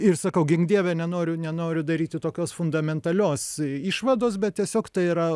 ir sakau gink dieve nenoriu nenoriu daryti tokios fundamentalios išvados bet tiesiog tai yra